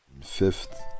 Fifth